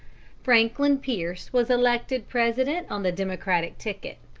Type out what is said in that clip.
franklin pierce was elected president on the democratic ticket,